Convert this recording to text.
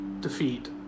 defeat